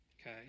okay